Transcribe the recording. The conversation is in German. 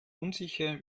unsicher